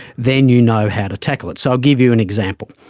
then you know how to tackle it. so i'll give you an example.